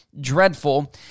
dreadful